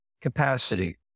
capacity